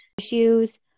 Issues